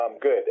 Good